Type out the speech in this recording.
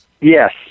Yes